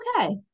okay